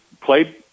played